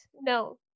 no